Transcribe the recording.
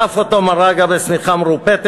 אז עטף אותו מר אגה בשמיכה מרופטת,